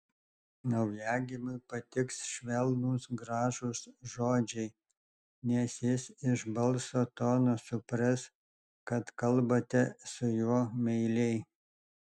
naujagimiui patiks švelnūs gražūs žodžiai nes jis iš balso tono supras kad kalbate su juo meiliai